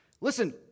Listen